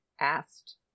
asked